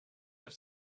have